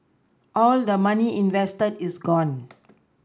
all the money invested is gone